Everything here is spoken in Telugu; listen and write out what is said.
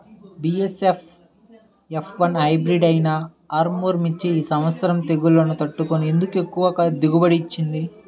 బీ.ఏ.ఎస్.ఎఫ్ ఎఫ్ వన్ హైబ్రిడ్ అయినా ఆర్ముర్ మిర్చి ఈ సంవత్సరం తెగుళ్లును తట్టుకొని ఎందుకు ఎక్కువ దిగుబడి ఇచ్చింది?